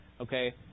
okay